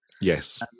yes